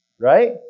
right